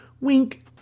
Wink